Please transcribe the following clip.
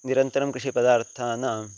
निरन्तरं कृषिपदार्थानाम्